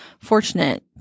fortunate